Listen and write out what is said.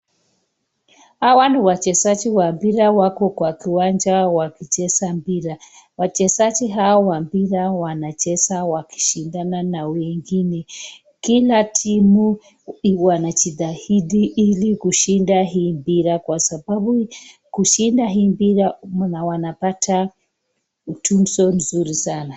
Hawa ni wachezaji wa mpira wako kwa kiwanja wakicheza mpira. Wachezaji hawa wa mpira wanacheza wakishindana na wengine kila timu wanajitahidi ili kushinda hii mpira kwa sababu kushinda hii mpira wanapata tuzo mzuri sana.